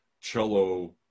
cello